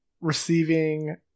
receiving